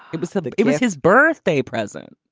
it was said that it was his birthday present.